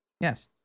Yes